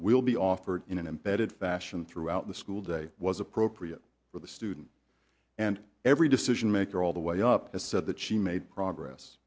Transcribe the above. will be offered in an embedded fashion throughout the school day was appropriate for the student and every decision maker all the way up to said that she made progress